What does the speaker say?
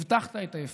הבטחת את ההפך.